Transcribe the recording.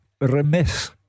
remiss